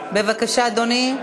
בבקשה, אדוני,